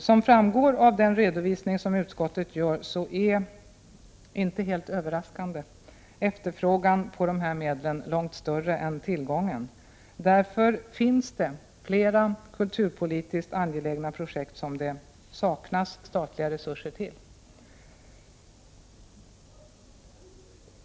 Som framgår av den redovisning utskottet gör är, inte helt överraskande, efterfrågan på dessa medel långt större än tillgången. Därför finns det flera kulturpolitiska angelägna projekt som det saknas statliga resurser till.